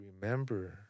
remember